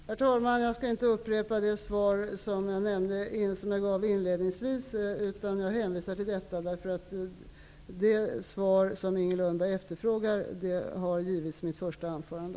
Herr talman! Jag skall inte upprepa det svar jag gav inledningsvis. Jag hänvisar till svaret. Det svar Inger Lundberg efterfrågar gav jag i mitt första anförande.